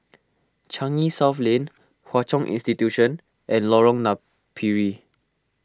Changi South Lane Hwa Chong Institution and Lorong Napiri